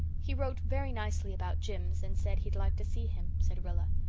he wrote very nicely about jims and said he'd like to see him, said rilla.